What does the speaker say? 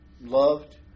loved